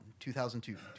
2002